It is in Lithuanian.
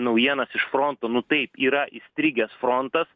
naujienas iš fronto nu taip yra įstrigęs frontas